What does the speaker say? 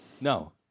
no